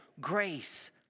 grace